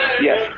Yes